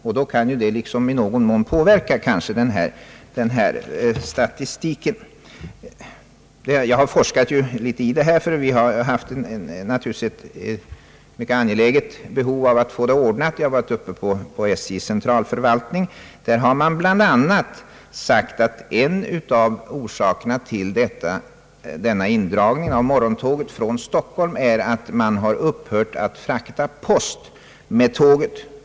Detta kan i någon mån påverka statistiken. Jag har forskat litet i den här frågan, eftersom folket i bygden naturligtvis ansett det vara mycket angeläget att få behålla sovvagnsförbindelsen. På SJ:s centralförvaltning har det bl.a. upplysts att en av orsakerna till indragningen är att postverket upphört att frakta post med tåget.